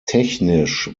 technisch